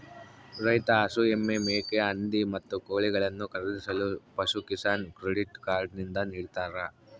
ರೈತ ಹಸು, ಎಮ್ಮೆ, ಮೇಕೆ, ಹಂದಿ, ಮತ್ತು ಕೋಳಿಗಳನ್ನು ಖರೀದಿಸಲು ಪಶುಕಿಸಾನ್ ಕ್ರೆಡಿಟ್ ಕಾರ್ಡ್ ನಿಂದ ನಿಡ್ತಾರ